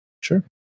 Sure